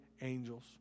angels